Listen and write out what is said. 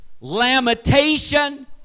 lamentation